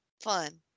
fun